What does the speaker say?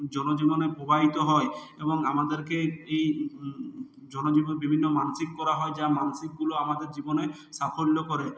জনজীবনে প্রবাহিত হয় এবং আমাদেরকে এই জনজীবনে বিভিন্ন মানসিক করা হয় যা মানসিকগুলো আমাদের জীবনে সাফল্য করে